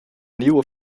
nieuwe